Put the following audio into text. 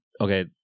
okay